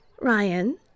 Ryan